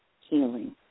healing